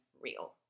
real